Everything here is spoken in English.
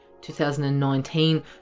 2019